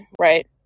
Right